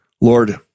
Lord